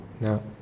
No